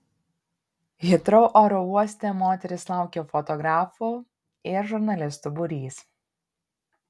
hitrou oro uoste moteris laukė fotografų ir žurnalistų būrys